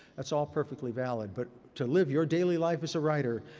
that's all perfectly valid, but to live your daily life as a writer,